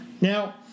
Now